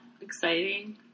exciting